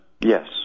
Yes